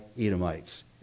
Edomites